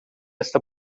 esta